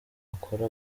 akora